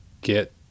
get